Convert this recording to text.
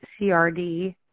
CRD